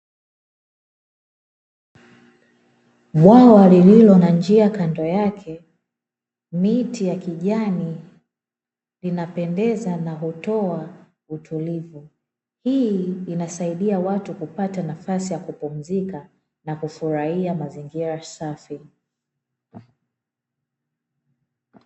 Bwawa lillilo na njia kando yake miti ya kijani, inapendeza na kutoa utulivu. Hii inasaidia watu kupata nafasi ya kupumzika na kufurahia mazingira safi.